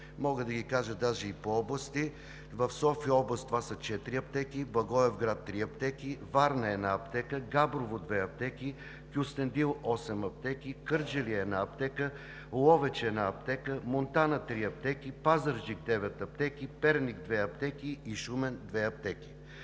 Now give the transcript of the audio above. Мога да ги кажа дори и по области: в София област са 4 аптеки, Благоевград – 3 аптеки, Варна – 1 аптека, Габрово – 2 аптеки, Кюстендил – 8 аптеки, Кърджали – 1 аптека, Ловеч – 1 аптека, Монтана – 3 аптеки, Пазарджик – 9 аптеки, Перник – 2 аптеки, и Шумен – 2.